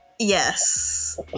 yes